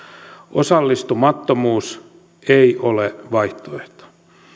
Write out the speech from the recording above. osallistumattomuus ei ole vaihtoehto